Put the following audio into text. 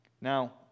Now